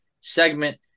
segment